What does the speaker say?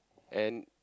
and